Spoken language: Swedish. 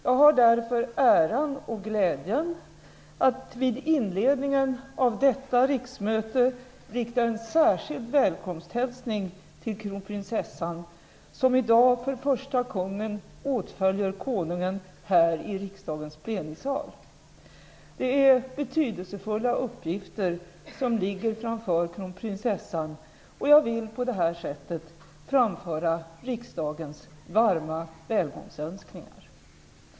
Jag har därför äran och glädjen att vid inledningen av detta riksmöte rikta en särskild välkomsthälsning till kronprinsessan, som i dag för första gången åtföljer konungen här i riksdagens plenisal. Det är betydelsefulla uppgifter som ligger framför kronprinsessan, och jag vill på detta sätt framföra riksdagens varma välgångsönskningar.